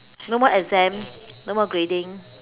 no more exams no more grading